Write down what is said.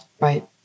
Right